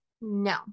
no